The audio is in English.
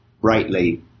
brightly